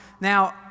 Now